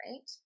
right